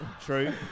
True